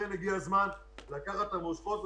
הגיע הזמן לקחת את המושכות,